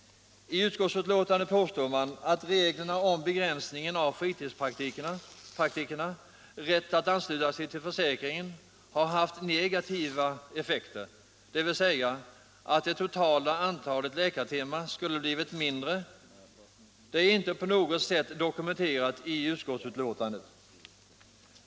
I utskottsbetänkandet påstår man att reglerna för begränsningen av fritidspraktikernas rätt att ansluta sig till försäkringen har haft negativa effekter, dvs. att det totala antalet läkartimmar skulle ha blivit mindre. Detta är emellertid inte på något sätt dokumenterat i utskottsbetänkandet.